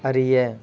அறிய